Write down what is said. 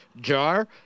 jar